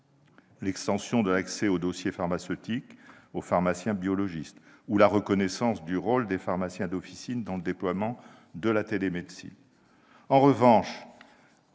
l'extension de l'accès au dossier pharmaceutique pour les pharmaciens biologistes ou la reconnaissance du rôle des pharmaciens d'officine dans le déploiement de la télémédecine. En revanche,